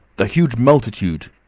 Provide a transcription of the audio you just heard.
the huge multitude!